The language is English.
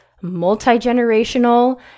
multi-generational